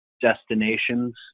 destinations